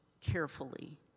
carefully